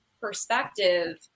perspective